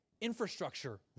infrastructure